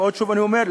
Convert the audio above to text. שוב אני אומר,